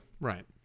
Right